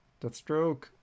Deathstroke